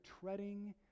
treading